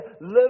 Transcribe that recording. Live